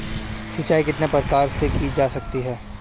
सिंचाई कितने प्रकार से की जा सकती है?